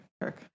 Kirk